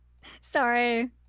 Sorry